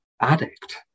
addict